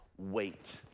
Wait